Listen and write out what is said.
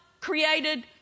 created